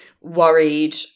worried